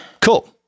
Cool